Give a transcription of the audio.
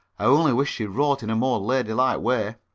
i only wish she wrote in a more ladylike way